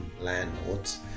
landlords